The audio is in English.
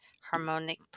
harmonic